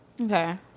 Okay